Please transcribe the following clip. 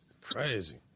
Crazy